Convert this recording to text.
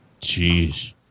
Jeez